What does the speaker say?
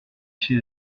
chez